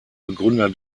begründer